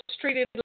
treated